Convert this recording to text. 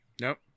Nope